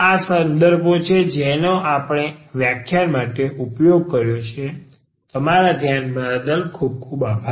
આ તે સંદર્ભો છે જેનો આપણે વ્યાખ્યાન માટે ઉપયોગ કર્યો છે તમારા ધ્યાન બદલ આભાર